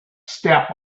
step